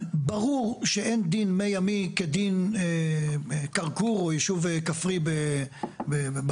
ברור שאין דין בני עמי כדין כרכור או יישוב כפרי באזור,